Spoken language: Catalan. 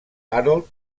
harold